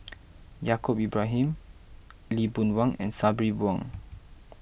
Yaacob Ibrahim Lee Boon Wang and Sabri Buang